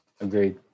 agreed